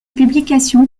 publications